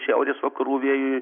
šiaurės vakarų vėjui